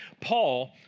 Paul